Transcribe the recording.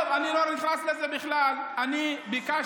אני מבקש